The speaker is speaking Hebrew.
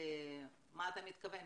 למה אתה מתכוון,